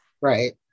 Right